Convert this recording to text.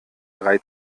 drei